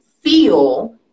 feel